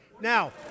Now